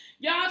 Y'all